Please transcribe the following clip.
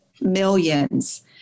millions